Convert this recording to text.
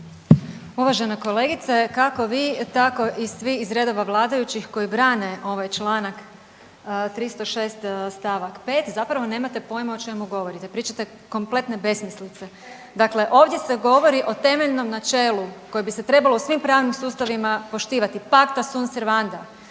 Uvažena kolegice. Kako vi tako i svi iz reda vladajućih koji brane ovaj čl. 306. st. 5. zapravo nemate pojma o čemu govorite, pričate kompletne besmislice, dakle ovdje se govori o temeljnom načelu koje bi se trebalo u svim pravnim sustavima poštivati pacta sunt servanda.